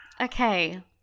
Okay